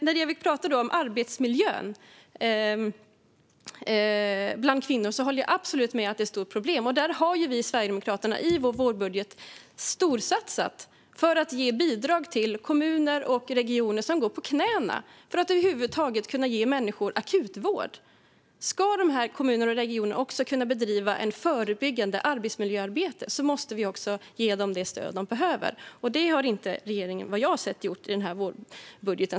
När det gäller arbetsmiljön för kvinnor håller jag absolut med om att det är ett stort problem. Där har vi i Sverigedemokraterna i vår vårbudget storsatsat för att ge bidrag till kommuner och regioner som går på knäna för att över huvud taget kunna ge människor akutvård. Om dessa kommuner och regioner ska kunna bedriva ett förebyggande arbetsmiljöarbete måste vi ge dem det stöd de behöver. Detta har regeringen inte gjort i vårbudgeten, vad jag har sett.